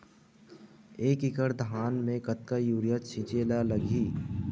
एक एकड़ धान में कतका यूरिया छिंचे ला लगही?